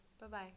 Bye-bye